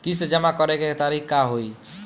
किस्त जमा करे के तारीख का होई?